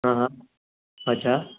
हा हा अछा